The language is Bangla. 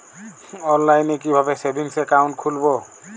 অনলাইনে কিভাবে সেভিংস অ্যাকাউন্ট খুলবো?